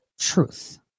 truth